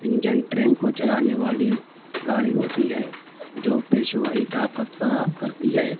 engine train کو چلانے والی گاڑی ہوتی ہے جو پیشوائی طاقت فراہم کرتی ہے